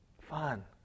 fun